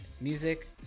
music